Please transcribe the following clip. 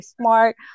smart